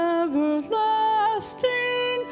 everlasting